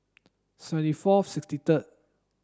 seventy four sixty third